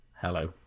Hello